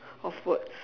of words